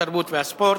התרבות והספורט,